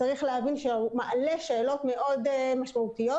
צריך להבין שהוא מעלה שאלות מאוד משמעותיות,